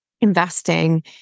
investing